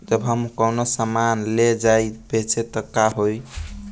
जब हम कौनो सामान ले जाई बेचे त का होही?